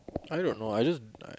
I don't know I just